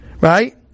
right